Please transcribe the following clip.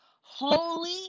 holy